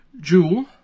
Jewel